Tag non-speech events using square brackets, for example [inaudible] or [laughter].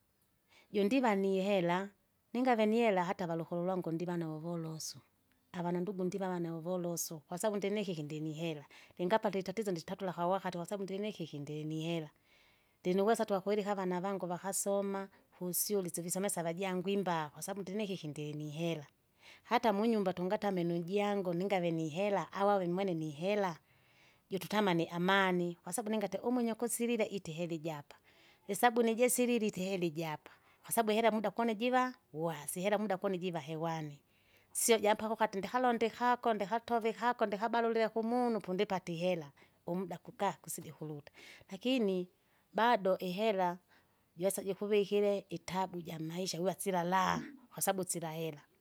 [noise] Jondivanihera ningavye nihera hata avalokolo lwangu ndivanavo volosu, avana ndugu ndiva vane vovolosu, kwasabu ndinikiki ndinihera, lingapata itatizo nditatula kwawakati kwasabu ndrinikiki ndirinihera. Ndinuweza tukakwirika avana vangu vakasoma, kuswule isyule syana avajangu imbaa kwasabu ndrinikiki ndilinihera, hata munyumba tungatame nujangu ningave nihela au ave mwene nihera? jututamani amani. Kwasabu ningate umwinyo kusilile iti ihera ijapa, [noise] isabuni jiselili iti ihera iji apa, kwasabu ihera ihera muda kone jiva, uwasi ihera muda kone jiva hewani, sio jampaka ukati ndikalonde kako ndihatovi kako ndikabalulie kumunu pondipate ihea, umda kukaa kusige kurut. Lakini, bado ihera josa jikuvikire itabu ijamaisha viva sila raha, [noise] kwasabu sila hera.